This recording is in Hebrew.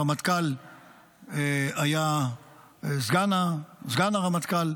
הרמטכ"ל היה סגן הרמטכ"ל,